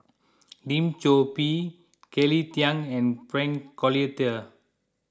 Lim Chor Pee Kelly Tang and Frank Cloutier